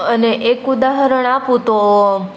અને એક ઉદહરણ આપું તો